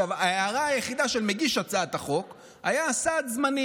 ההערה היחידה של מגיש הצעת החוק הייתה סד זמנים.